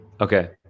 okay